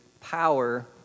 power